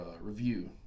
review